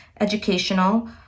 educational